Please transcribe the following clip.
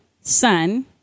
Son